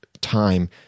time